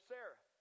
Sarah